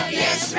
yes